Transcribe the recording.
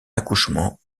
accouchement